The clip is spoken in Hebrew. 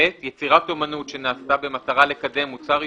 (ב) יצירת אמנות שנעשתה במטרה לקדם מוצר עישון,